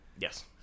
Yes